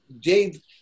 Dave